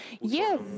Yes